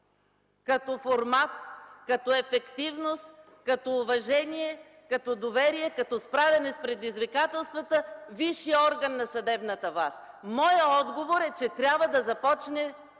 като формат, като ефективност, като уважение, като доверие, като справяне с предизвикателствата висшият орган на съдебната власт? Моят отговор е, че трябва да започне